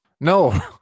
No